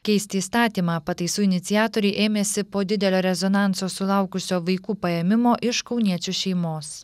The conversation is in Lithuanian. keisti įstatymą pataisų iniciatoriai ėmėsi po didelio rezonanso sulaukusio vaikų paėmimo iš kauniečių šeimos